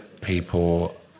People